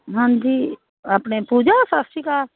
ਹਾਂਜੀ ਆਪਣੇ ਪੂਜਾ ਸਤਿ ਸ਼੍ਰੀ ਅਕਾਲ